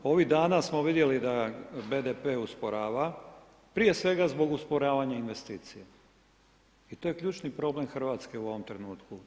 Ovih dana smo vidjeli da BDP usporava prije svega zbog usporavanja investicija i to je ključni problem Hrvatske u ovom trenutku.